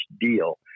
deal